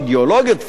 תפיסתיות,